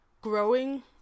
growing